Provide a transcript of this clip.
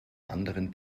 anderen